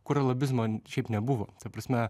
kur lobizmo šiaip nebuvo ta prasme